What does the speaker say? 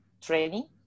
training